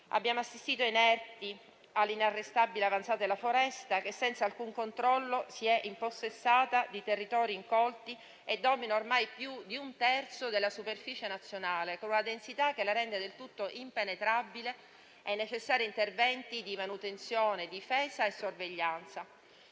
Abbiamo assistito inerti all'inarrestabile avanzata della foresta, che senza alcun controllo si è impossessata di territori incolti e domina ormai più di un terzo della superficie nazionale, con una densità che la rende del tutto impenetrabile ai necessari interventi di manutenzione, difesa e sorveglianza.